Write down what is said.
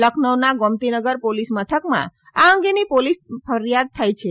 લખનૌના Gomtinagar police મથકમાં આ અંગેની પોલીસ ફરીયાદ થઈ છે